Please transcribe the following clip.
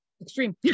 extreme